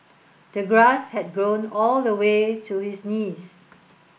the grass had grown all the way to his knees